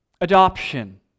adoption